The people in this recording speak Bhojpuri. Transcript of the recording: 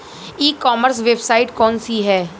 ई कॉमर्स वेबसाइट कौन सी है?